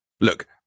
Look